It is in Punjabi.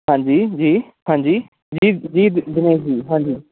ਹਾਂਜੀ ਜੀ ਹਾਂਜੀ ਜੀ ਜੀ ਦਿਨੇਸ਼ ਜੀ ਹਾਂਜੀ